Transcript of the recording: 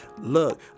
look